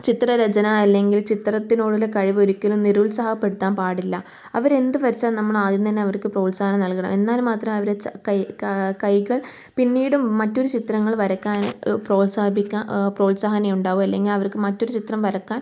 ചിത്രരചന അല്ലെങ്കിൽ ചിത്രത്തിനോടുള്ള കഴിവ് ഒരിക്കലും നിരുത്സാഹപ്പെടുത്താൻ പാടില്ല അവരെന്ത് വരച്ചാലും നമ്മളാദ്യം തന്നെ അവർക്ക് പ്രോത്സാഹനം നൽകണം എന്നാൽ മാത്രമെ അവരെ ച കൈ കാ കൈകൾ പിന്നീടും മറ്റൊര് ചിത്രങ്ങൾ വരക്കാനും പ്രോത്സാഹിപ്പിക്ക പ്രോത്സാഹനം ഇണ്ടാവൂ അല്ലെങ്കിൽ അവർക്ക് മറ്റൊരു ചിത്രം വരക്കാൻ